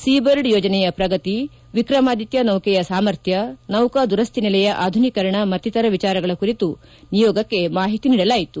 Seabird ಯೋಜನೆಯ ಪ್ರಗತಿ ವಿಕ್ರಮಾದಿತ್ಯ ನೌಕೆಯ ಸಾಮರ್ಥ್ಯ ನೌಕಾ ದುರಸ್ತಿ ನೆಲೆಯ ಆಧುನೀಕರಣ ಮತ್ತಿತರ ವಿಚಾರಗಳ ಕುರಿತು ನಿಯೋಗಕ್ಕೆ ಮಾಹಿತಿ ನೀಡಲಾಯಿತು